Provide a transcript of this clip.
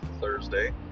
Thursday